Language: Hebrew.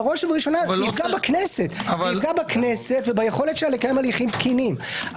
בראש ובראשונה זה יפגע בכנסת וביכולתה לקיים הליכים תקינים.